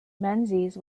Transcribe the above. menzies